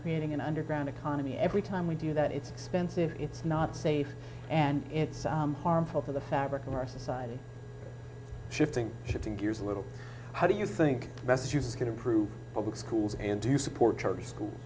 creating an underground economy every time we do that it's pensive it's not safe and it's harmful to the fabric of our society shipping shifting gears a little how do you think best you can improve public schools and do you support charter schools